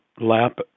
lap